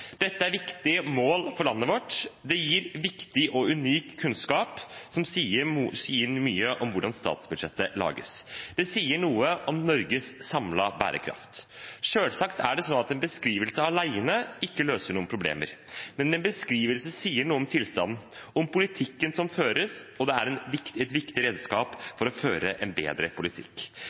Dette er viktige mål for landet vårt. Det gir viktig og unik kunnskap, som sier mye om hvordan statsbudsjettet lages. Det sier noe om Norges samlede bærekraft. Selvsagt er det slik at en beskrivelse alene ikke løser noen problemer, men en beskrivelse sier noe om tilstanden, om politikken som føres, og det er et viktig redskap for å føre en bedre politikk.